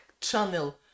channel